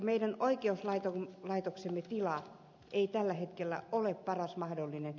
meidän oikeuslaitoksemme tila ei tällä hetkellä ole paras mahdollinen